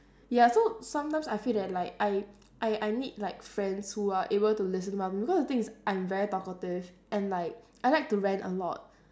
ya so sometimes I feel that like I I I need like friends who are able to listen well because the thing is I'm very talkative and like I like to rant a lot